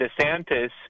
DeSantis